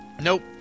Nope